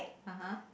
(uh huh)